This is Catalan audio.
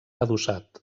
adossat